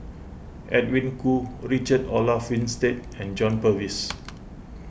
Edwin Koo Richard Olaf Winstedt and John Purvis